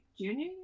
junior